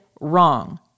wrong